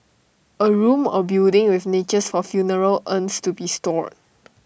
A room or building with niches for funeral urns to be stored